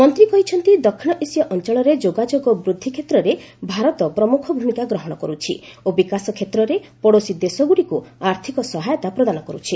ମନ୍ତ୍ରୀ କହିଛନ୍ତି ଦକ୍ଷିଣ ଏସୀୟ ଅଞ୍ଚଳରେ ଯୋଗାଯୋଗ ବୃଦ୍ଧି କ୍ଷେତ୍ରରେ ଭାରତ ପ୍ରମୁଖ ଭୂମିକା ଗ୍ରହଣ କରୁଛି ଓ ବିକାଶ କ୍ଷେତ୍ରରେ ପଡ଼ୋଶୀ ଦେଶଗୁଡ଼ିକୁ ଆର୍ଥକ ସହାୟତା ପ୍ରଦାନ କରୁଛି